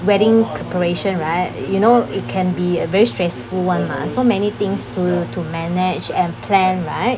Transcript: wedding preparation right you know it can be a very stressful [one] mah so many things to to manage and plan right